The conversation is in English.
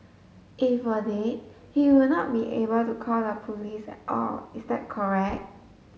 if were dead he would not be able to call the police at all is that correct